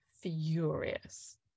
furious